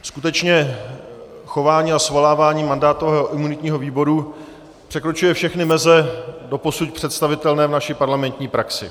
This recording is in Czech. Skutečně chování a svolávání mandátového a imunitního výboru překračuje všechny meze doposud představitelné v naší parlamentní praxi.